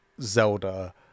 Zelda